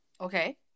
Okay